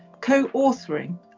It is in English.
co-authoring